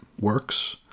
works